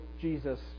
Jesus